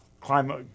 climate